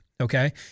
Okay